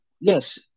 Yes